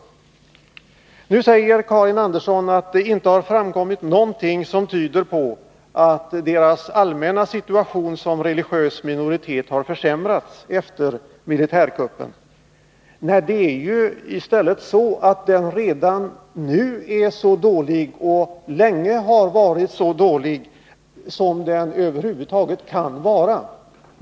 Nu säger Karin Andersson att det inte framkommit någonting som tyder på att den allmänna situationen för assyrier/syrianer som religiös minoritet har försämrats efter militärkuppen. Nej, det är ju i stället så att deras situation är och länge har varit så dålig som den över huvud taget kan vara.